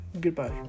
Goodbye